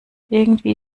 irgendwie